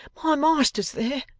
my master's there.